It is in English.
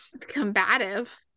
Combative